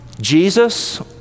Jesus